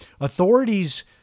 Authorities